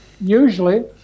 Usually